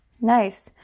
nice